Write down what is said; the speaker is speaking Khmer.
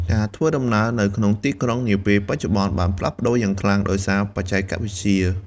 ការធ្វើដំណើរនៅក្នុងទីក្រុងនាពេលបច្ចុប្បន្នបានផ្លាស់ប្តូរយ៉ាងខ្លាំងដោយសារបច្ចេកវិទ្យា។